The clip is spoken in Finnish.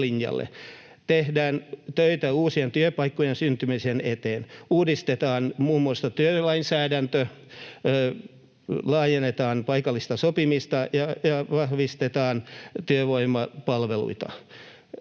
Tehdään töitä uusien työpaikkojen syntymisen eteen. Uudistetaan muun muassa työlainsäädäntö, laajennetaan paikallista sopimista ja vahvistetaan työvoimapalveluita.